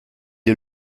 est